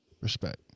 Respect